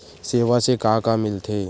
सेवा से का का मिलथे?